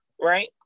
right